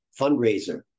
fundraiser